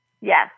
Yes